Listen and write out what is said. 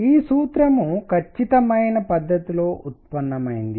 ఈ సూత్రం ఖచ్చితమైన పద్ధతిలో ఉత్పన్నమైంది